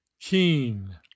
keen